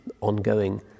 ongoing